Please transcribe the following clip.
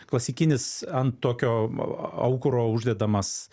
klasikinis ant tokio a aukuro uždedamas